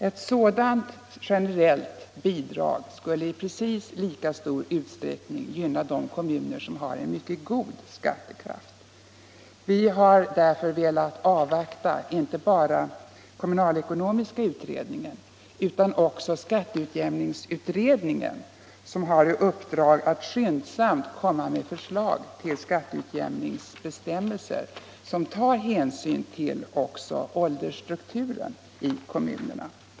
Ett sådant generellt bidrag skulle i precis lika stor utsträckning gynna de kommuner som har en mycket god skattekraft. Vi har därför velat avvakta inte bara kommunalekonomiska utredningen utan också skatteutjämningsutredningen, som har i uppdrag att skyndsamt komma med förslag till skatteutjämningsbestämmelser som tar hänsyn också till åldersstrukturen i kommunerna.